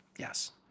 Yes